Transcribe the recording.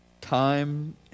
time